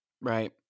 Right